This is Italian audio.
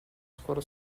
scuola